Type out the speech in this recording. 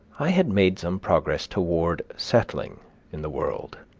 i had made some progress toward settling in the world.